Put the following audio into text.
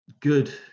good